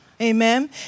Amen